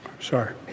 sorry